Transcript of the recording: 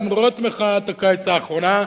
למרות מחאת הקיץ האחרונה,